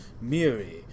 Miri